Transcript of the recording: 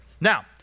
Now